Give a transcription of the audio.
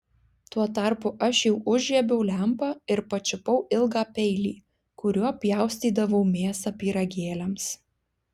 tuo tarpu aš jau užžiebiau lempą ir pačiupau ilgą peilį kuriuo pjaustydavau mėsą pyragėliams